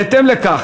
בהתאם לכך,